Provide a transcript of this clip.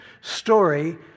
story